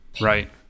Right